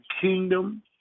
kingdom